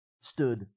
stood